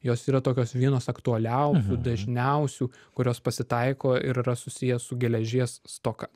jos yra tokios vienos aktualiausių dažniausių kurios pasitaiko ir yra susiję su geležies stoka